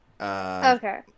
Okay